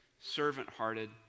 servant-hearted